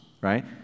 right